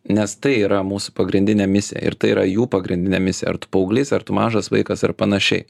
nes tai yra mūsų pagrindinė misija ir tai yra jų pagrindinė misija ar tu paauglys ar tu mažas vaikas ar panašiai